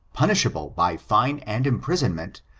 punishable by fine and imprisonment,